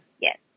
Yes